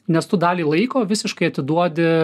nes tu dalį laiko visiškai atiduodi